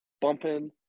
bumping